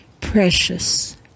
precious